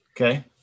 Okay